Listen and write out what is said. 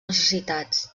necessitats